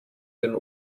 den